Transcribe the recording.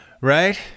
Right